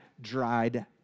dried